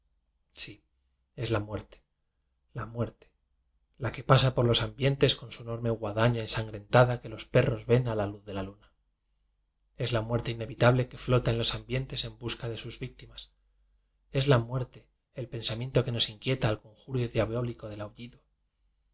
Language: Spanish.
sí es la muerte la muerte la que pasa por los am bientes con su enorme guadaña ensangren tada que los perros ven a la luz de la luna es la muerte inevitable que flota en los am bientes en busca de sus víctimas es la muerte el pensamiento que nos inquieta al conjuro diabólico del aullido